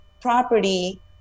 property